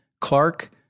Clark